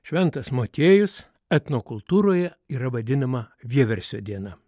šventas motiejus etnokultūroje yra vadinama vieversio diena